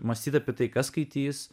mąstyti apie tai kas skaitys